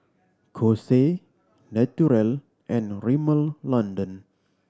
Kose Naturel and Rimmel London